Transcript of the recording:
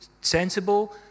sensible